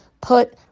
put